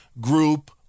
group